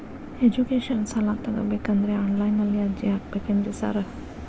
Education ಸಾಲ ತಗಬೇಕಂದ್ರೆ online ನಲ್ಲಿ ಅರ್ಜಿ ಹಾಕ್ಬೇಕೇನ್ರಿ ಸಾರ್?